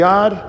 God